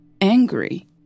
angry